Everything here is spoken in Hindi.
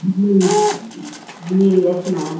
जी जी यस मैम